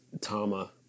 tama